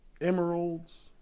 emeralds